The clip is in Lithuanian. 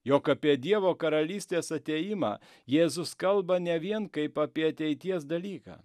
jog apie dievo karalystės atėjimą jėzus kalba ne vien kaip apie ateities dalyką